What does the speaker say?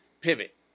pivot